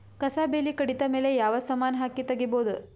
ಕಸಾ ಬೇಲಿ ಕಡಿತ ಮೇಲೆ ಯಾವ ಸಮಾನ ಹಾಕಿ ತಗಿಬೊದ?